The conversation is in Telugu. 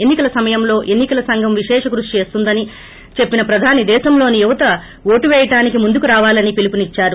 ఎన్ని కల సమయంలో ఎన్ని కల సంఘం విశేష కృషి చేస్తోందని చెప్పిన ప్రధాని దేశంలోని యువత ఓటు వేయడానికి ముందుకు రావాలని పిలుపునిద్చారు